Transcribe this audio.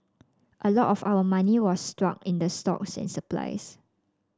a lot of our money was stuck in the stocks and supplies